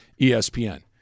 ESPN